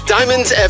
Diamonds